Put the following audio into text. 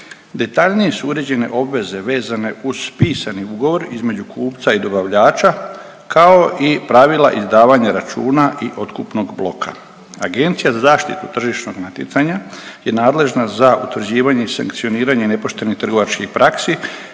Detaljnije su uređene obveze vezane uz pisani ugovor između kupca i dobavljača kao i pravila izdavanja računa i otkupnog bloka. Agencija za zaštitu tržišnog natjecanja je nadležna za utvrđivanje i sankcioniranje nepoštenih trgovačkih praksi